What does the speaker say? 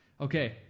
Okay